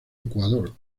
ecuador